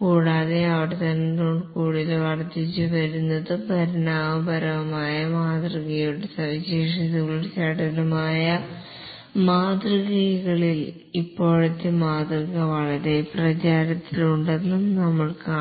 കൂടാതെ ആവർത്തനങ്ങളോടുകൂടിയ വർദ്ധിച്ചുവരുന്നതും പരിണാമപരവുമായ മാതൃകയുടെ സവിശേഷതകളുള്ള അജൈൽ മാതൃകകളിൽ ഇപ്പോഴത്തെ മാതൃക വളരെ പ്രചാരത്തിലുണ്ടെന്ന് നമ്മൾ കാണും